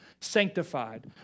sanctified